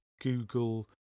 Google